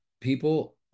people